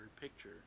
picture